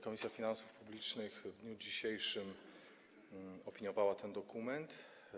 Komisja Finansów Publicznych w dniu dzisiejszym opiniowała ten dokument.